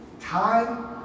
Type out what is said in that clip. time